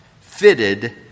fitted